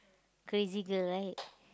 crazy girl right